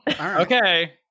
Okay